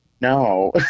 No